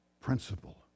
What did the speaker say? principle